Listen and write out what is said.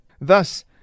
Thus